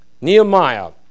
Nehemiah